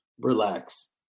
relax